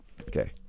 Okay